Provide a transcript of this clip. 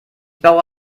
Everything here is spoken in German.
baue